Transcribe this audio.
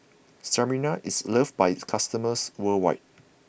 Sterimar is loved by its customers worldwide